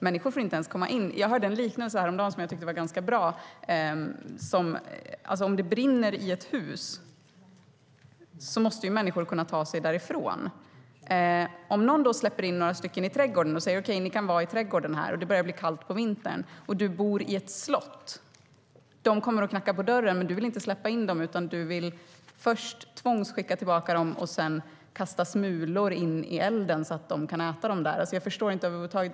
Människor får inte ens komma in. Jag förstår det inte över huvud taget.